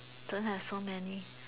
don't have so many